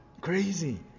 Crazy